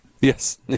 Yes